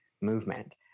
movement